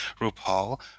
RuPaul